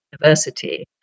university